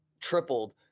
tripled